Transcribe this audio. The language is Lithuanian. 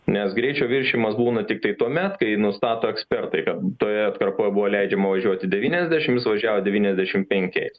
nes greičio viršijimas būna tiktai tuomet kai nustato ekspertai kad toje atkarpoje buvo leidžiama važiuoti devyniasdešimt jis važiavo devyniasdešimt penkiais